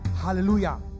Hallelujah